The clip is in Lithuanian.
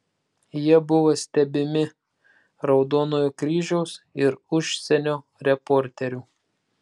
jie buvo stebimi raudonojo kryžiaus ir užsienio reporterių